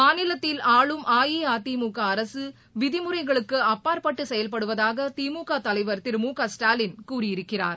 மாநிலத்தில் ஆளும் அஇஅதிமுகஅரசுவிதிமுறைகளுக்குஅப்பாற்பட்டுசெயல்படுவதாகதிமுகதலைவர் திரு மு க ஸ்டாலின் கூறியிருக்கிறார்